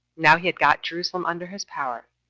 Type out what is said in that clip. now he had got jerusalem under his power,